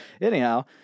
Anyhow